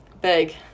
big